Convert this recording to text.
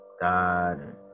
God